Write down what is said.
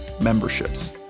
memberships